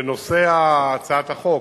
לנושא הצעת החוק,